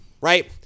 right